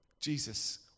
Jesus